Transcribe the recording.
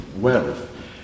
wealth